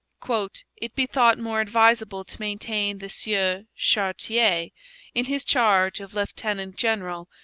it be thought more advisable to maintain the sieur chartier in his charge of lieutenant-general,